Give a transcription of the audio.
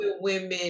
women